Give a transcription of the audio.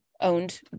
owned